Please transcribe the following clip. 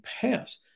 pass